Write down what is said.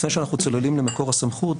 לפני שאנחנו צוללים למקור הסמכות,